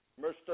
Mr